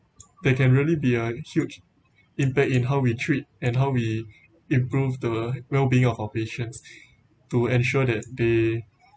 that can really be a huge impact in how we treat and how we improve the well being of our patients to ensure that they